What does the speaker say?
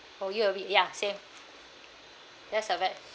oh U_O_B ya same yes have it